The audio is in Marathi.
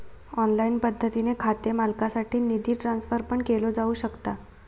ऑनलाइन पद्धतीने खाते मालकासाठी निधी ट्रान्सफर पण केलो जाऊ शकता